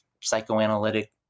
psychoanalytic